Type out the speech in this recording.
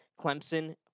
Clemson